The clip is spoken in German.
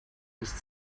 ist